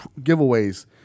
giveaways